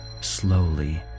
slowly